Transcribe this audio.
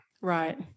Right